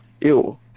ew